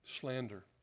slander